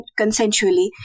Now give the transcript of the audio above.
consensually